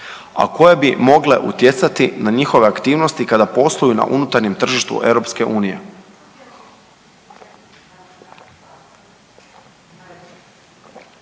a koje bi mogle utjecati na njihove aktivnosti kada posluju na unutarnjem tržištu EU. Slijedom